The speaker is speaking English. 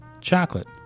chocolate